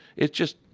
it's just,